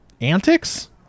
antics